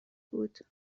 بود